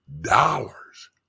dollars